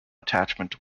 attachment